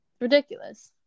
Ridiculous